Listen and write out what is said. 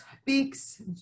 speaks